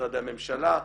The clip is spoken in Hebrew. משרדי ממשלה,